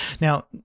Now